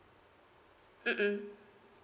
mmhmm